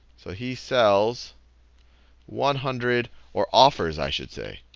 so he sells one hundred or offers i should say,